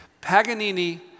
Paganini